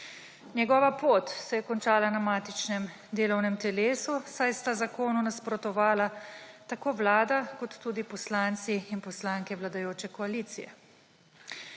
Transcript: Njegova pot se je končala na matičnem delovnem telesu, saj sta zakonu nasprotovala tako Vlada kot tudi poslanci in poslanke vladajoče koalicije.